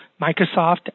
Microsoft